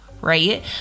right